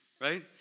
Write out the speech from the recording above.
right